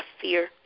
fear